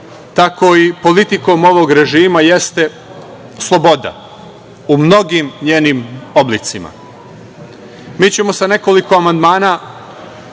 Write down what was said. tako i politikom ovog režima jeste sloboda u mnogim njenim oblicima. Mi ćemo sa nekoliko amandmana